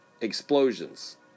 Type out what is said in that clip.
explosions